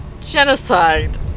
Genocide